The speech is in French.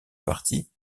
parti